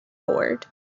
board